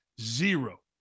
Zero